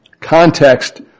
Context